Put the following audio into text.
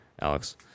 Alex